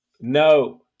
No